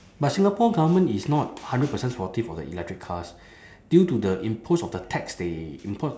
but singapore government is not hundred percent supportive of the electric cars due to the impose of the tax they impose